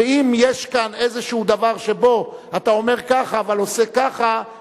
ואם יש כאן איזה דבר שבו אתה אומר ככה אבל עושה ככה,